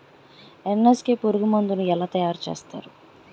NSK పురుగు మందు ను ఎలా తయారు చేస్తారు?